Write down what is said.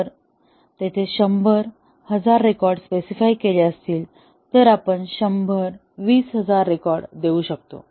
जर तिथे शंभर हजार रेकॉर्ड स्पेसिफाइड केले असेल तर आपण शंभर वीस हजार रेकॉर्ड देऊ शकतो